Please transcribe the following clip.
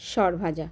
সরভাজা